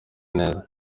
neza